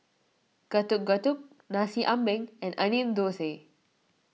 Getuk Getuk Nasi Ambeng and Onion Thosai